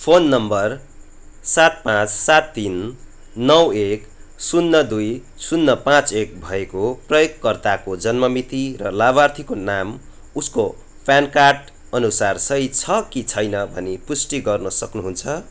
phone number सात पाँच सात तिन नौ एक शून्य दुई शून्य पाँच एक भएको प्रयोगकर्ताको जन्म मिति र लाभार्थीको नाम उसको पेन कार्ड अनुसार सही छ कि छैन भनी पुष्टि गर्न सक्नुहुन्छ